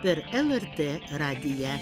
per lrt radiją